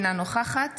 אינה נוכחת